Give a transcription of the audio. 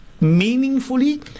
meaningfully